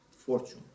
Fortune